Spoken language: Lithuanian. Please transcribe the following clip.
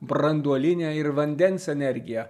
branduolinę ir vandens energiją